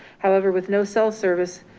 however, with no cell service,